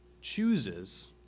chooses